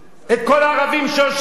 את כל הערבים שיושבים פה,